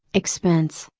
expense,